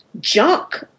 junk